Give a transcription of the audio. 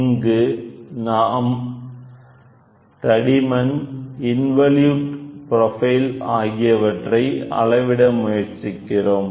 இங்கு நாம் தடிமன்இன்வலூட் ப்ரோபைல் ஆகியவற்றை அளவிட முயற்சிக்கிறோம்